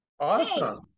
Awesome